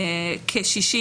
כ-100